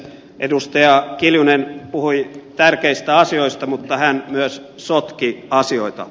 kimmo kiljunen puhui tärkeistä asioista mutta hän myös sotki asioita